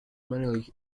manually